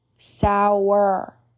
Sour